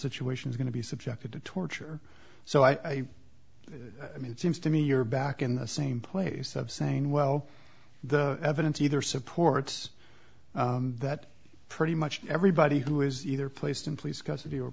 situation is going to be subjected to torture so i mean it seems to me you're back in the same place of saying well the evidence either supports that pretty much everybody who is either placed in police custody or